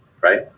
right